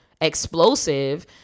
explosive